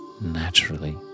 naturally